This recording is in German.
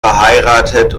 verheiratet